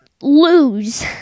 lose